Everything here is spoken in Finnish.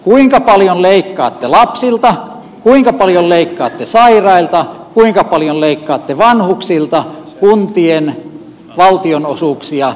kuinka paljon leikkaatte lapsilta kuinka paljon leikkaatte sairailta kuinka paljon leikkaatte vanhuksilta kuntien valtionosuuksia niistämällä